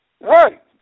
Right